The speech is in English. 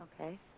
Okay